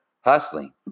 hustling